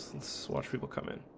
let's watch people come in